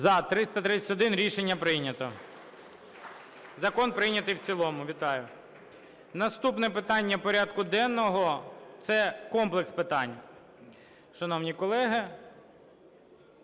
За-331 Рішення прийнято. Закон прийнятий в цілому. Вітаю! Наступне питання порядку денного – це комплекс питань,